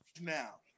now